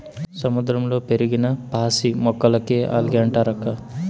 సముద్రంలో పెరిగిన పాసి మొక్కలకే ఆల్గే లంటారక్కా